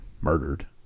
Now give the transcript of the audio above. murdered